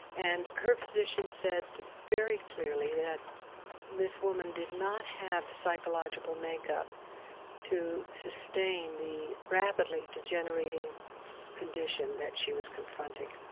and her physician said very clearly that this woman did not have the psychological makeup to sustain the rapidly degenerating condition that she was confronting